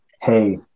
Hey